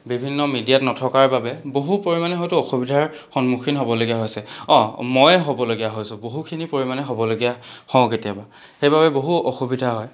বিভিন্ন মিডিয়াত নথকাৰ বাবে বহু পৰিমাণে হয়তো অসুবিধাৰ সন্মুখীন হ'বলগীয়া হৈছে অ' ময়ে হ'বলগীয়া হৈছো বহুখিনি পৰিমাণে হ'বলগীয়া হওঁ কেতিয়াবা সেইবাবে বহু অসুবিধা হয়